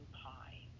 pie